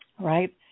right